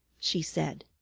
she said.